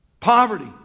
Poverty